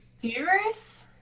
Viewers